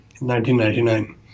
1999